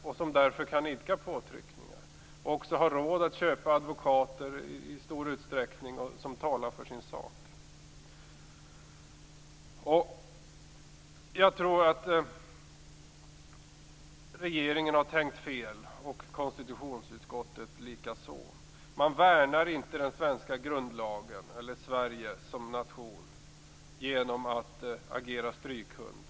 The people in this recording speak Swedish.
Den kan därför utöva påtryckningar och har råd att i stor utsträckning köpa advokater som kan tala för dess sak. Jag tror att regeringen och konstitutionsutskottet har tänkt fel. Man värnar inte den svenska grundlagen eller Sverige som nation genom att agera strykhund.